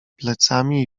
plecami